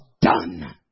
done